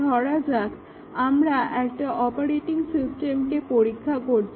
ধরা যাক আমরা একটা অপারেটিং সিস্টেমকে পরীক্ষা করছি